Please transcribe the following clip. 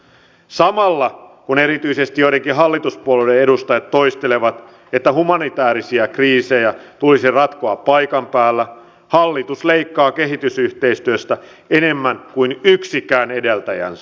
samalla kun erityisesti joidenkin hallituspuolueiden edustajat toistelevat että humanitäärisiä kriisejä tulisi ratkoa paikan päällä hallitus leikkaa kehitysyhteistyöstä enemmän kuin yksikään edeltäjänsä